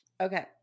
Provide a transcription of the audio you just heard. Okay